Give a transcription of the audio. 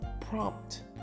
prompt